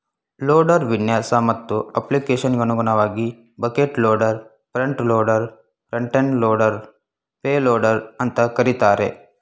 loader ವಿನ್ಯಾಸ ಮತ್ತು ಅಪ್ಲಿಕೇಶನ್ಗನುಗುಣವಾಗಿ bucket loader front loader front end loader payloader ಅಂತ ಕರೀತಾರೆ